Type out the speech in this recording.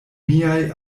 miaj